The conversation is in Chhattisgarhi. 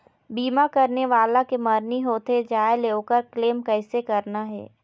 बीमा करने वाला के मरनी होथे जाय ले, ओकर क्लेम कैसे करना हे?